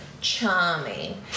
charming